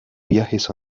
viajes